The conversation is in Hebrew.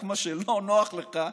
רק מה שלא נוח לך,